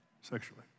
sexually